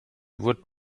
would